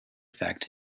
effect